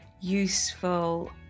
useful